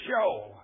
show